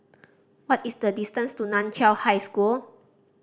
what is the distance to Nan Chiau High School